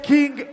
King